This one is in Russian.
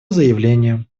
заявление